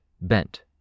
bent